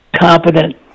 competent